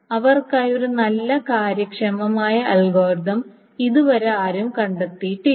അവർക്കായി ഒരു നല്ല കാര്യക്ഷമമായ അൽഗോരിതം ഇതുവരെ ആരും കണ്ടെത്തിയിട്ടില്ല